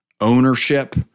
ownership